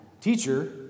Teacher